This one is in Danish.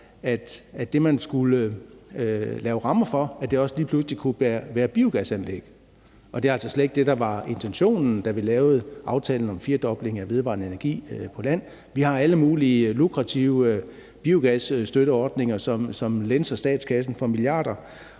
at det, man skulle lave rammer for, også lige pludselig kunne være biogasanlæg. Det er altså slet ikke det, der var intentionen, da vi lavede aftalen om firdobling af vedvarende energi på land. Vi har alle mulige lukrative biogasstøtteordninger, som lænser statskassen for milliarder